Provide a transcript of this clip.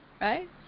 right